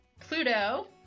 Pluto